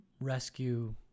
rescue